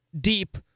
deep